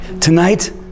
Tonight